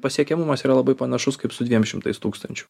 pasiekiamumas yra labai panašus kaip su dviem šimtais tūkstančių